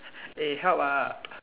eh help lah